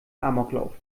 amoklauf